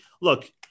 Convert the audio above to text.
Look